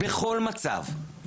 בכל מצב.